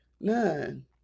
None